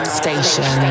station